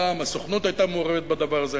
פעם הסוכנות היתה מעורבת בדבר הזה.